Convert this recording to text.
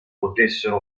potessero